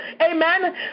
Amen